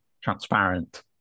transparent